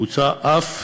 מוצע אף,